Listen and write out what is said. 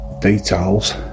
details